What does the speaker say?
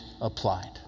applied